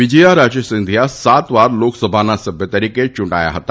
વિજયારાજે સિંધિયા સાત વાર લોકસભાના સભ્ય તરીકે યુંટાયા હતા